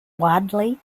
widely